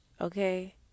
okay